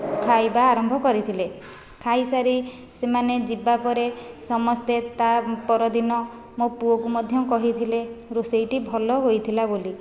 ଖାଇବା ଆରମ୍ଭ କରିଥିଲେ ଖାଇସାରି ସେମାନେ ଯିବା ପରେ ସମସ୍ତେ ତା ପରଦିନ ମୋ ପୁଅକୁ ମଧ୍ୟ କହିଥିଲେ ରୋଷେଇଟି ଭଲ ହୋଇଥିଲା ବୋଲି